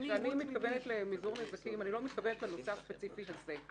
כשאני אומרת מזעור נזקים אני לא מתכוונת לנושא הספציפי הזה.